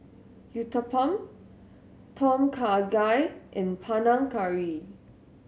Uthapam Tom Kha Gai and Panang Curry